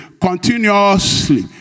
Continuously